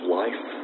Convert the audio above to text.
life